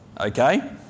Okay